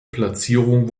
platzierung